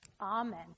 Amen